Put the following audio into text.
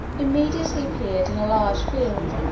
immediately appeared in a large field,